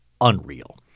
unreal